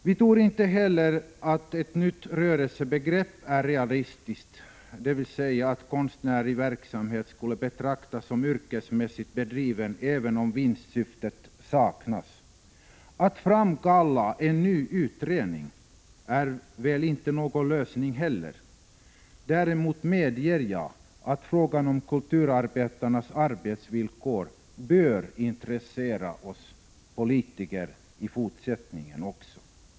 Vi tror inte heller att ett nytt rörelsebegrepp är realistiskt, dvs. att konstnärlig verksamhet skulle betraktas som yrkesmässigt bedriven även om vinstsyftet saknas. Att tillsätta en ny utredning är väl inte heller någon lösning. Däremot medger jag att frågan om kulturarbetarnas villkor bör intressera oss politiker.